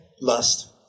Lust